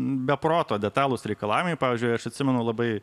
be proto detalūs reikalavimai pavyzdžiui aš atsimenu labai